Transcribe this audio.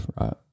right